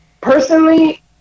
personally